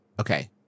Okay